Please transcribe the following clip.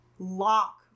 lock